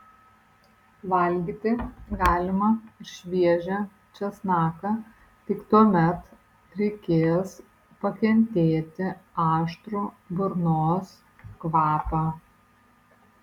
valgyti galima ir šviežią česnaką tik tuomet reikės pakentėti aštrų burnos kvapą